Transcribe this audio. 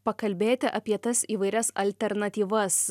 pakalbėti apie tas įvairias alternatyvas